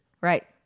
Right